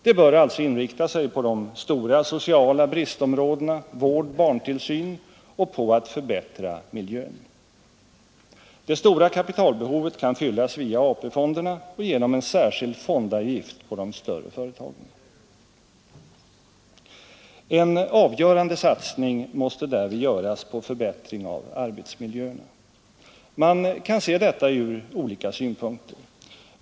Det bör alltså inrikta sig på de stora sociala bristområdena — vård, barntillsyn — och att förbättra miljön. Det stora kapitalbehovet kan fyllas via AP-fonderna och genom en särskild fondavgift på de större företagen. En avgörande satsning måste därvid göras på förbättring av arbetsmiljöerna. Man kan se detta ur olika synpunkter.